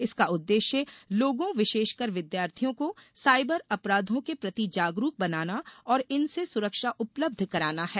इसका उद्देश्य लोगों विशेषकर विद्यार्थियों को साइबर अपराधों के प्रति जागरूक बनाना और इनसे सुरक्षा उपलब्ध कराना है